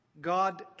God